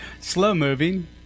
slow-moving